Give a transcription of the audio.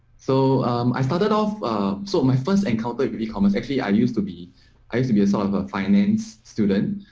so i started off so my first encounter he comments actually, i used to be i used to be a sort of a finance student.